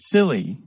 Silly